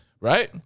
right